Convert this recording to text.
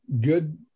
good